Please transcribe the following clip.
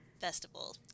Festival